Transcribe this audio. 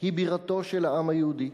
היא בירתו של העם היהודי.